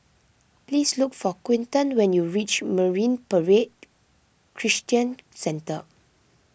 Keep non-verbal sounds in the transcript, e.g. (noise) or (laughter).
please look for Quinton when you reach Marine Parade (noise) Christian Centre